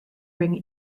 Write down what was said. ring